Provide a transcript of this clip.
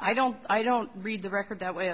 i don't i don't read the record that way at